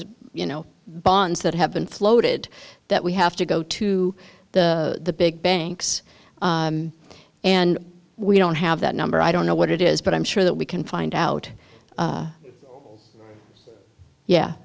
as you know bonds that have been floated that we have to go to the big banks and we don't have that number i don't know what it is but i'm sure that we can find out yeah